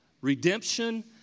Redemption